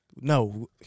No